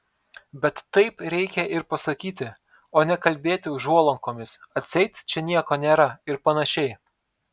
bet taip reikia ir pasakyti o ne kalbėti užuolankomis atseit čia nieko nėra ir panašiai